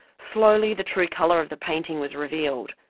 slowly, the true colour of the painting was revealed.